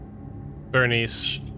Bernice